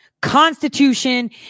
Constitution